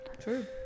True